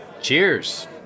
cheers